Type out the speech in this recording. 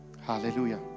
Hallelujah